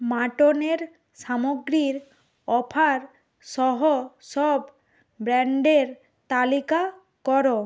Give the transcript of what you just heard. মাটনের সামগ্রীর অফার সহ সব ব্র্যান্ডের তালিকা করো